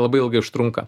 labai ilgai užtrunka